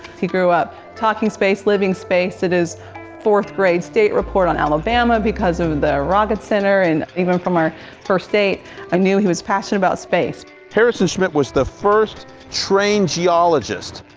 he grew up talking space, living space, did his fourth grade state report on alabama because of and the rocket center. and even from our first date i knew he was passionate about space. harrison schmitt was the first trained geologist,